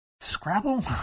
Scrabble